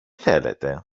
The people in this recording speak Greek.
θέλετε